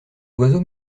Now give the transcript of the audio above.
oiseaux